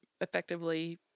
effectively